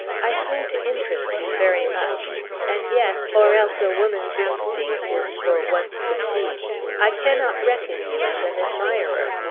i seem to interest you very much and yet or else a woman's instinct is for once deceived i cannot reckon you as an admirer.